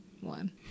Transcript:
one